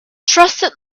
trusted